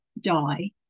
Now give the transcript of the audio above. die